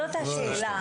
זו השאלה.